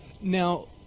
Now